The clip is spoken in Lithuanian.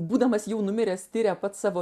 būdamas jau numiręs tiria pats savo